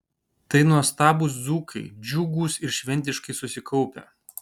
tai nuostabūs dzūkai džiugūs ir šventiškai susikaupę